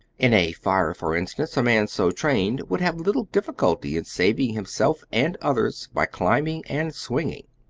in a fire, for instance, a man so trained would have little difficulty in saving himself and others by climbing and swinging.